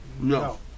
No